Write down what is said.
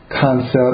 concept